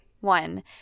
one